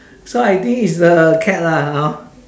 so I think it's a cat lah hor